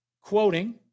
quoting